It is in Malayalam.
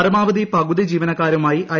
പരമാവധി പകുതി ജീവനക്കാരുമായി ഐ